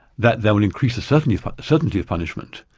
that then will increase the certainty certainty of punishment,